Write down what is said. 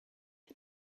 die